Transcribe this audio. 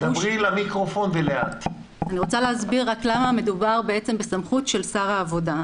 אני רוצה להסביר למה מדובר בסמכות של שר העבודה.